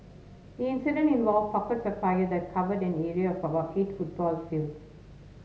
the incident involved pockets of fire that covered an area of about eight football fields